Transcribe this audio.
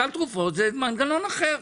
סל תרופות זה מנגנון אחר.